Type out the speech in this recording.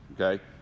okay